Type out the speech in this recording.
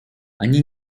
они